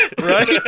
right